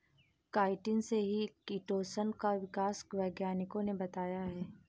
chitin से ही chitosan का विकास वैज्ञानिकों ने बताया है